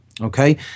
okay